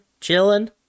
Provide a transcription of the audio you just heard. chilling